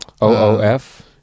O-O-F